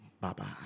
Bye-bye